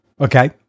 Okay